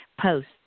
post